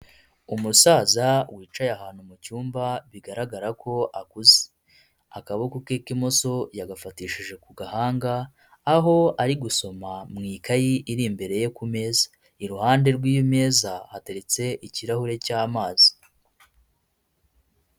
Umusaza wicaye ahantu mu cyumba bigaragara ko akuze. Akaboko ke k'imoso yagafatishije ku gahanga, aho ari gusoma mu ikayi iri imbere ye kumeza. Iruhande rw'imeza hateretse ikirahure cy'amazi.